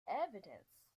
evidence